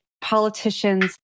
politicians